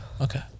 okay